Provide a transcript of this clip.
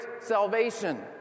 salvation